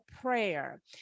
prayer